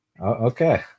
Okay